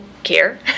care